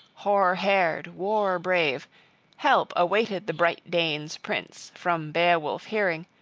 hoar-haired, war-brave help awaited the bright-danes' prince, from beowulf hearing,